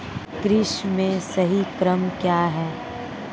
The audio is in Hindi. कृषि में सही क्रम क्या है?